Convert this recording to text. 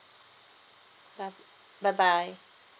bye bye bye